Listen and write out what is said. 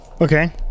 Okay